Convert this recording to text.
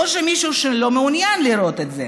או מישהו שלא מעוניין לראות את זה,